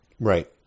right